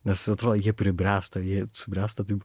nes atro jie pribręsta jie subręsta taip